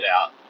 out